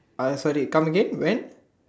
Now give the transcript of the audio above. I sorry come again when